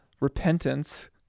repentance